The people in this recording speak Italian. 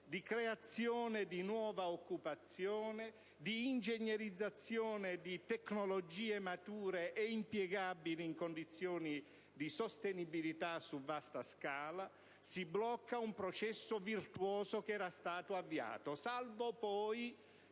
di creazione di nuova occupazione e di ingegnerizzazione di tecnologie mature e impiegabili in condizioni di sostenibilità su vasta scala. Si blocca un processo virtuoso che era stato avviato, salvo poi